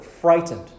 frightened